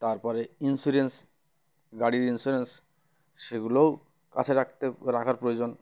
তারপরে ইন্স্যুরেন্স গাড়ির ইন্স্যুরেন্স সেগুলোও কাছে রাখতে রাখার প্রয়োজন